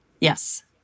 Yes